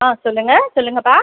ஆ சொல்லுங்கள் சொல்லுங்கப்பா